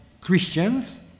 Christians